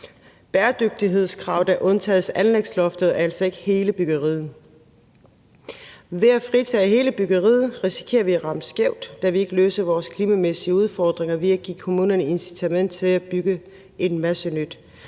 bæredygtighedskravet, der undtages anlægsloftet, og altså ikke hele byggeriet. Ved at fritage hele byggeriet risikerer vi at ramme skævt, da vi ikke løser vores klimamæssige udfordringer ved at give kommunerne incitament til at bygge en masse nyt.